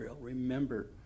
Remember